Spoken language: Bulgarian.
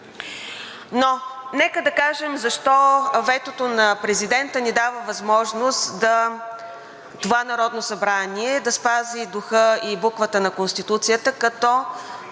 Но нека да кажем защо ветото на президента ни дава възможност това Народно събрание да спази духа и буквата на Конституцията, като